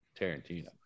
Tarantino